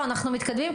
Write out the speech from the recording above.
אנחנו מתקדמים,